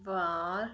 ਵਾਰ